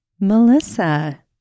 Melissa